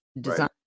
design